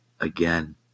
again